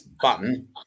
button